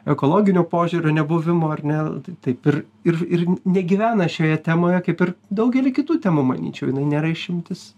ekologinio požiūrio nebuvimo ar ne taip ir ir ir negyvena šioje temoje kaip ir daugely kitų temų manyčiau jinai nėra išimtis